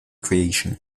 creation